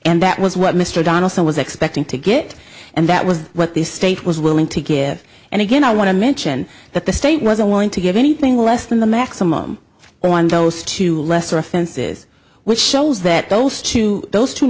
and that was what mr donaldson was expecting to get and that was what the state was willing to give and again i want to mention that the state was unwilling to give anything less than the maximum on those two lesser offenses which shows that those two those two